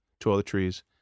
toiletries